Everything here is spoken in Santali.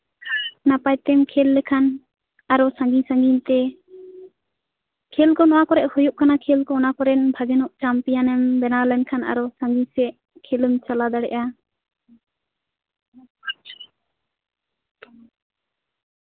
ᱱᱟᱯᱟᱭ ᱛᱮᱢ ᱠᱷᱮᱹᱞ ᱞᱮᱠᱷᱟᱱ ᱟᱨᱚ ᱥᱟᱸᱜᱤᱧᱼᱥᱟᱸᱜᱤᱧ ᱛᱮ ᱠᱷᱮᱹᱞ ᱠᱚ ᱱᱚᱣᱟ ᱠᱚᱨᱮ ᱦᱩᱭᱩᱜ ᱠᱟᱱᱟ ᱠᱷᱮᱹᱞ ᱠᱚ ᱵᱷᱟᱜᱤᱧᱚᱜ ᱪᱟᱢᱯᱤᱭᱟᱱᱮᱢ ᱵᱮᱱᱟᱣ ᱞᱮᱠᱷᱟᱱ ᱟᱨᱚ ᱥᱟᱸᱜᱤᱧ ᱥᱮᱡ ᱠᱷᱮᱞᱮᱢ ᱪᱟᱞᱟᱣ ᱫᱟᱲᱮᱭᱟᱜᱼᱟ